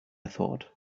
thought